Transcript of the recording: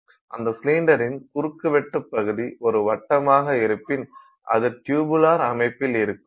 அந்த சிலிண்டரின் குறுக்குவெட்டு பகுதி ஒரு வட்டமாக இருப்பின் அது ட்யுபுலார் அமைப்பில் இருக்கும்